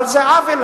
אבל זה עוול.